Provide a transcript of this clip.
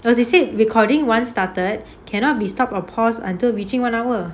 no they say recording once started cannot be stopped or pause until reaching one hour